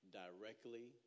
directly